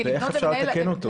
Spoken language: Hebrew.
ואיך אפשר לתקן אותו.